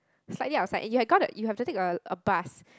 slightly outside and you got you have to take a a bus